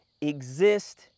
exist